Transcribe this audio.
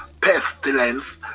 pestilence